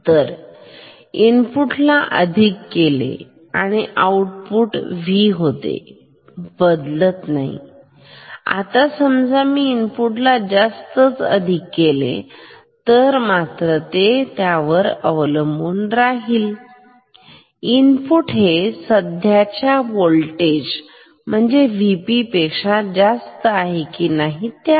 तरइनपुट अधिक केले तर आउटपुट V होते बदलत नाहीआता समजा मी इनपुट ला जास्तच अधिक केले तर मात्र ते अवलंबून राहील इनपुट हे सध्याच्या व्होल्टेज Vp पेक्षा जास्त आहे की नाही त्यावर